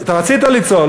אתה רצית ליצור,